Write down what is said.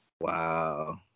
Wow